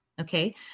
okay